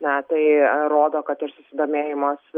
na tai rodo kad ir susidomėjimas